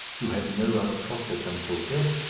who had no other prospect until death,